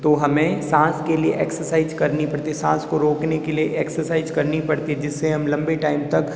तो हमें साँस के लिए एक्सरसाइज करनी पड़ती है साँस को रोकने के लिए एक्सरसाइज करनी पड़ती है जिससे हम लंबे टाइम तक